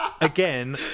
again